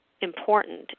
important